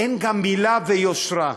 אין גם מילה ויושרה.